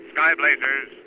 Skyblazers